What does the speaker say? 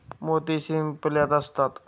मोती शिंपल्यात असतात